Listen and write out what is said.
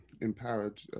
empowered